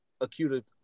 Acute